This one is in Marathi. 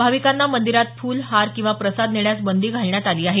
भाविकांना मंदिरात फुल हार किंवा प्रसाद नेण्यास बंदी घालण्यात आली आहे